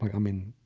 i mean,